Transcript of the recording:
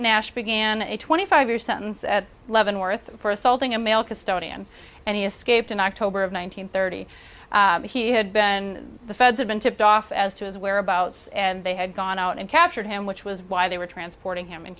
nash began a twenty five year sentence at leavenworth for assaulting a male custodian and he escaped in october of one nine hundred thirty he had been the feds have been tipped off as to his whereabouts and they had gone out and captured him which was why they were transporting him in